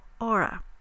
aura